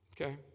Okay